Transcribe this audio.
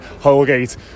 Holgate